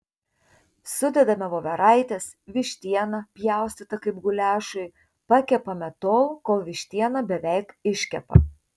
sudedame voveraites vištieną pjaustytą kaip guliašui pakepame tol kol vištiena beveik iškepa